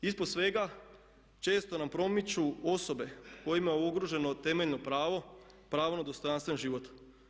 Ispod svega često nam promiču osobe kojima je ugroženo temeljno pravo, pravo na dostojanstven život.